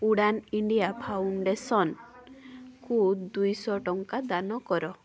Udaan India ଫାଉଣ୍ଡେସନ୍କୁ ଦୁଇଶହ ଟଙ୍କା ଦାନ କର